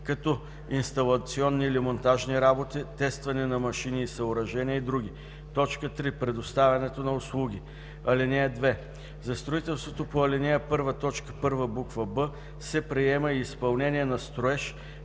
като инсталационни или монтажни работи, тестване на машини и съоръжения и други; 3. предоставянето на услуги. (2) За строителството по ал. 1, т. 1, буква „б” се приема и изпълнение на строеж,